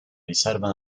riserva